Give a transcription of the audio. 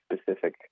specific